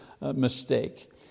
mistake